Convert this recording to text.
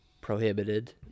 prohibited